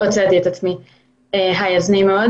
שלום לכולם,